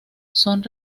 son